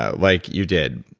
ah like you did,